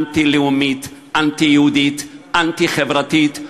אנטי-לאומיות, אנטי-יהודיות, אנטי-חברתיות.